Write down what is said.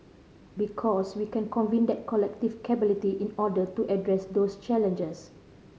because we can convene that collective capability in order to address those challenges